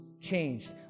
changed